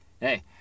hey